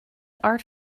art